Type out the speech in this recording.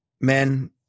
Men